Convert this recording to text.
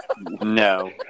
No